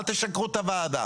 אל תשקרו את הוועדה.